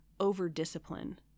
over-discipline